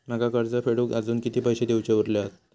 माका कर्ज फेडूक आजुन किती पैशे देऊचे उरले हत?